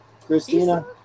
Christina